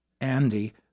Andy